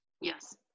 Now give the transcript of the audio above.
yes